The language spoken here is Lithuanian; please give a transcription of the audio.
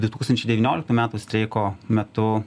du tūkstančiai devynioliktų metų streiko metu